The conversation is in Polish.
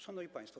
Szanowni Państwo!